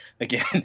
again